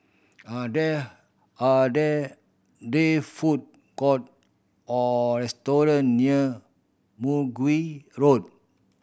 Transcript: are there are there they food court or restaurant near Mergui Road